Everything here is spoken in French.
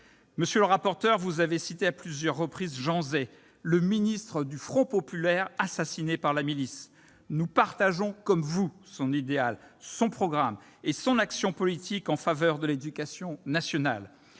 Monsieur le rapporteur, vous avez cité à plusieurs reprises Jean Zay, le ministre du Front populaire assassiné par la Milice. Comme vous, nous partageons son idéal, son programme et son action politique en faveur de l'éducation nationale.